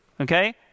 Okay